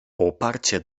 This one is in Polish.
oparcie